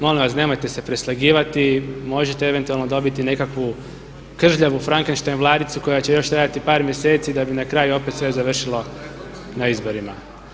Molim vas, nemojte se preslagivati, možete eventualno dobiti nekakvu kržljavu Frankenstein vladicu koja će još trajati par mjeseci da bi na kraju opet sve završilo na izborima.